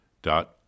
dot